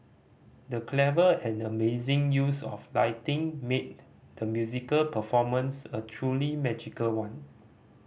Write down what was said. the clever and amazing use of lighting made the musical performance a truly magical one